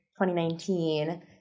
2019